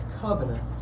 covenant